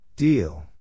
Deal